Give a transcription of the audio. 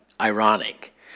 ironic